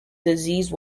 disease